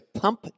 pump